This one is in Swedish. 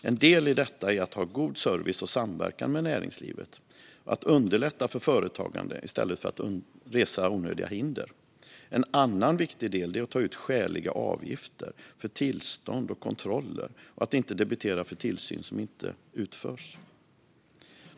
En del i detta är att ha god service och samverkan med näringslivet och att underlätta för företagande i stället för att resa onödiga hinder. En annan viktig del är att ta ut skäliga avgifter för tillstånd och kontroller och att inte debitera för tillsyn som inte utförs.